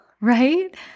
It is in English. right